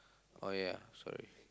oh ya sorry